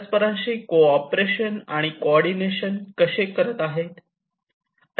परस्परांशी cooperation आणि coordination कसे करत आहेत